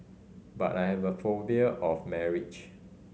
but I have a phobia of marriage